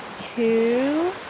two